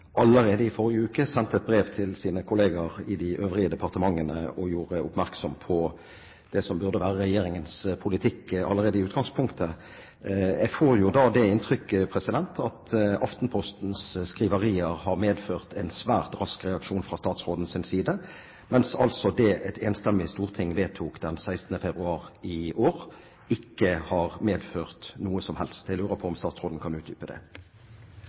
i forrige uke» sendte et brev til sine kollegaer i de øvrige departementene og gjorde oppmerksom på det som burde være regjeringens politikk allerede i utgangspunktet. Jeg får jo da det inntrykket at Aftenpostens skriverier har medført en svært rask reaksjon fra statsrådens side, mens altså det et enstemmig storting vedtok den 16. februar i år, ikke har medført noe som helst. Jeg lurer på om statsråden kan utdype det.